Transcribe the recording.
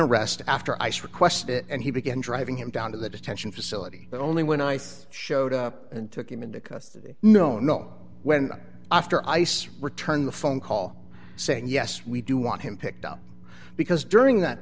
arrest after ice request it and he began driving him down to the detention facility but only when ice showed up and took him into custody no no when after ice return the phone call saying yes we do want him picked up because during that